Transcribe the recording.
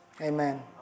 Amen